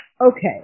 Okay